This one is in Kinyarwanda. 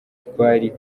twari